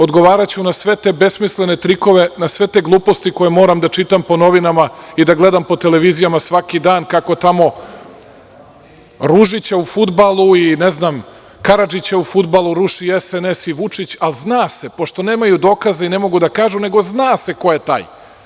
Odgovaraću na sve te besmislene trikove, na sve te gluposti koje moram da čitam po novinama i da gledam po televizijama svaki dan, kako tamo Ružića u fudbalu i Karadžića u fudbalu ruši SNS i Vučić, a zna se, pošto nemaju dokaze i ne mogu da kažu, nego zna se ko je taj.